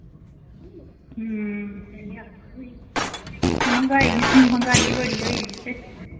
अं मैहंगाई मैहंगाई बड़ी होई दी ते